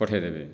ପଠାଇଦେବେ